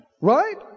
right